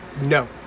No